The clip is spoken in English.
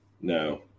No